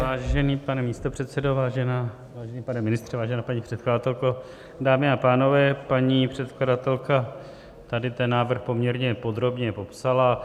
Vážený pane místopředsedo, vážený pane ministře, vážená paní předkladatelko, dámy a pánové, paní předkladatelka tady ten návrh poměrně podrobně popsala.